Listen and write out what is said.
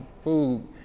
food